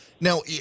Now